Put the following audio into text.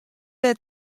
wer